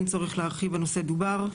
אין צורך להרחיב בנושא דובר,